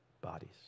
bodies